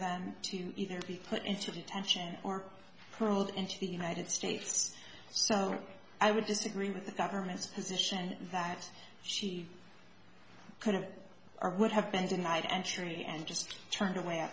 them to either be put into detention or pulled into the united states so i would disagree with the government's position that she could have or would have been denied entry and just turned away